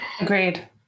agreed